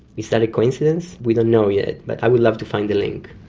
is that a coincidence? we don't know yet, but i would love to find the link.